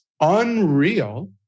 unreal